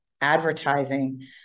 advertising